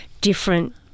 different